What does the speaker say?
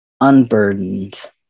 unburdened